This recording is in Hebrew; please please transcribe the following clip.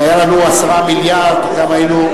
אם היו לנו 10 מיליארד גם היינו,